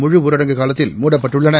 முழுஊரடங்கு காலத்தில் மூடப்பட்டுள்ளன